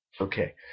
okay